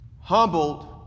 humbled